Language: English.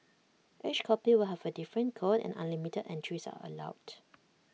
each copy will have A different code and unlimited entries are allowed